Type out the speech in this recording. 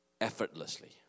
effortlessly